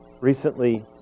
Recently